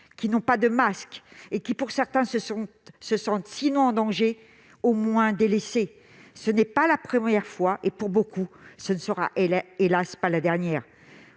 qui n'ont pas de masques et qui, pour certains, se sentent, sinon en danger, au moins délaissés. Ce n'est pas la première fois, et pour beaucoup ce ne sera, hélas ! pas la dernière.